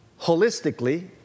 holistically